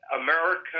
America